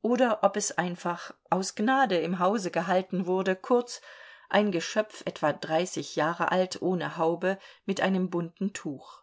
oder ob es einfach aus gnade im hause gehalten wurde kurz ein geschöpf etwa dreißig jahre alt ohne haube mit einem bunten tuch